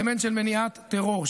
האלמנט של מניעת טרור,